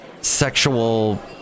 sexual